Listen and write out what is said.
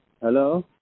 Hello